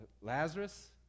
Lazarus